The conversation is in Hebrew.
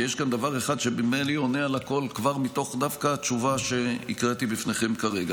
כי יש כאן דבר אחד שעונה על הכול דווקא מתוך התשובה שקראתי בפניכם כרגע.